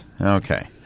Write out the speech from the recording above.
Okay